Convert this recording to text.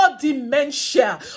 dementia